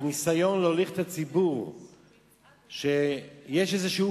ניסיון להוליך את הציבור שיש איזשהו